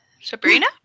Sabrina